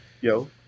Yo